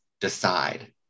decide